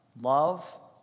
love